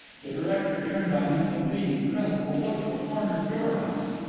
the director turned on him the pleading, trustful look of a cornered dormouse.